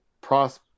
pros